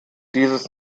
dieses